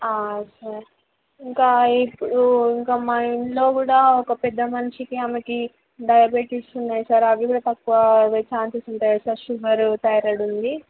sir ఇంకా ఇ ఇంకా మా ఇంట్లో కూడా ఒక పెద్ద మనిషికి ఆమెకి డయాబెటిస్ ఉన్నాది సార్ అ వి కూడా తగ్గే అ ఛాన్సెస్ ఉంటాయా సార్ షుగర్ థైరాయిడ్ ఉంది